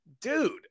dude